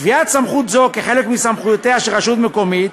קביעת סמכות זו כחלק מסמכויותיה של רשות מקומית